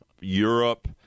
Europe